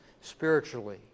spiritually